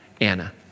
Anna